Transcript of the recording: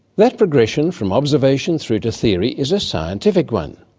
that progression from observation through to theory is a scientific one.